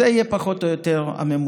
זה יהיה פחות או יותר הממוצע.